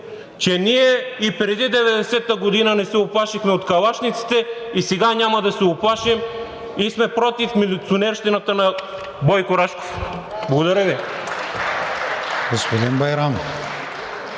че ние и преди 1990 г. не се изплашихме от калашниците и сега няма да се уплашим и сме против милиционерщината на Бойко Рашков. Благодаря Ви. (Ръкопляскания